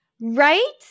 Right